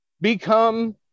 become